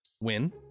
win